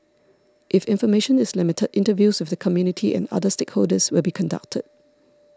if information is limited interviews with the community and other stakeholders will be conducted